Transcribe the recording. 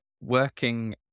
working